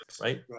right